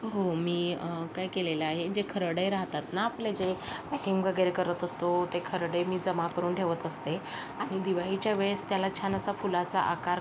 हो मी काय केलेलं आहे जे खर्डे राहतात ना आपले जे पॅकिंग वगैरे करत असतो ते खर्डे मी जमा करून ठेवत असते आणि दिवाळीच्या वेळेस त्याला छान असा फुलाचा आकार